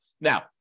Now